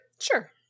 sure